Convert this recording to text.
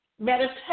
Meditation